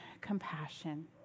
compassion